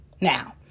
Now